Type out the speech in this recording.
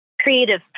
creative